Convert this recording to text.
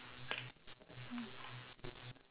hobbies apa